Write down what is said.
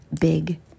big